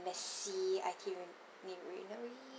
messy itinerary